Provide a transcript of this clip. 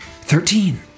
Thirteen